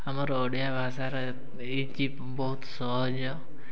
ଆମର ଓଡ଼ିଆ ଭାଷାରେ ଏଇ କି ବହୁତ୍ ସହଜ